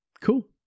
Cool